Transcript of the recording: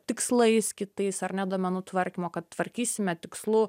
tikslais kitais ar ne duomenų tvarkymo kad tvarkysime tikslu